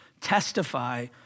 testify